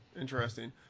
Interesting